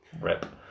Rip